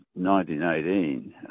1918